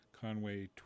Conway